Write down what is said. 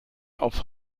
auf